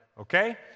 Okay